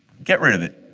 get rid of it.